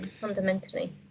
fundamentally